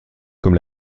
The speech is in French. comme